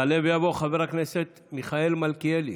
יעלה ויבוא חבר הכנסת מיכאל מלכיאלי,